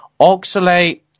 oxalate